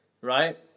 Right